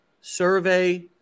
Survey